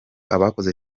abakoze